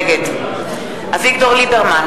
נגד אביגדור ליברמן,